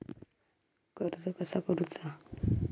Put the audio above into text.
कर्ज कसा करूचा?